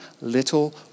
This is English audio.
little